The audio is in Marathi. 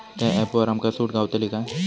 त्या ऍपवर आमका सूट गावतली काय?